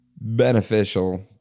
beneficial